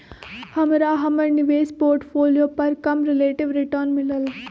हमरा हमर निवेश पोर्टफोलियो पर कम रिलेटिव रिटर्न मिलल